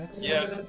Yes